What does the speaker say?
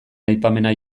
aipamena